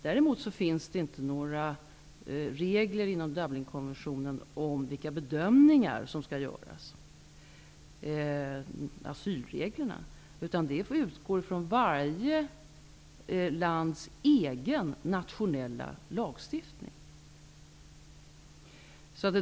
Däremot finns det inte några regler i Dublinkonventionen om vilka bedömningar som skall göras, utan de skall utgå ifrån varje lands egen nationella lagstiftning.